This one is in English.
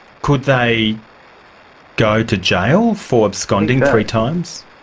could they go to jail for absconding three times?